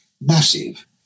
massive